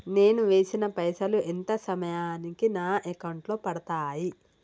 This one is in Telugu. నేను వేసిన పైసలు ఎంత సమయానికి నా అకౌంట్ లో పడతాయి?